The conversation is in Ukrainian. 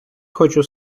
хочу